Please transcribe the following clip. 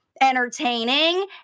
entertaining